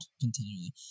continually